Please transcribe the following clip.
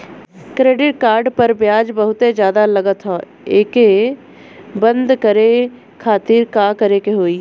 Credit card पर ब्याज बहुते ज्यादा लगत ह एके बंद करे खातिर का करे के होई?